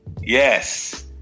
Yes